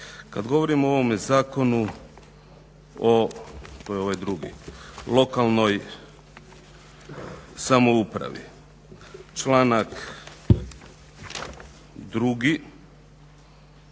Kad govorimo o ovome Zakonu o lokalnoj samoupravi, članak 2.